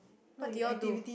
what did you all do